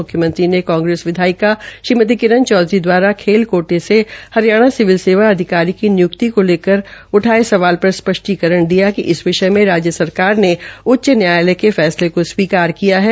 मुख्मयंत्री ने कांग्रेस विधायिका श्रीमती किरन चौधरी दवारा खेल कोटे से हरियाणा सिविल सेवा अधिकारी की नियुक्ति को लेकर उठाये सवाल पर स्पष्टीकरण दिया कि इस विषय में राज्य सरकार ने उच्च न्यायालय के फैसले को स्वीकार किया है